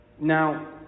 Now